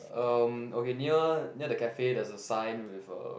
um okay near near the cafe there's a sign with err